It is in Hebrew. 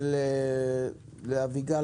ואביגיל,